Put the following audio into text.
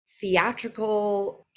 theatrical